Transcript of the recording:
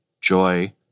Joy